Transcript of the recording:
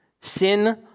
Sin